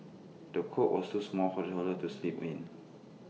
the cot was too small for the toddler to sleep in